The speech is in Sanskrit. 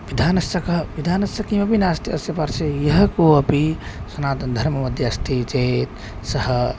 विधानस्य कः विधानस्य किमपि नास्ति अस्य पार्श्वे यः कः अपि सनातनधर्ममध्ये अस्ति चेत् सः